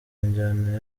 njyana